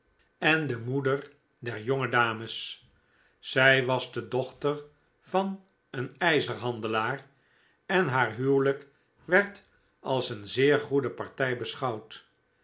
en de moeder der jonge dames zij was de dochter van een ijzerhandelaar en haar huwelijk werd als een zeer goede partij beschouwd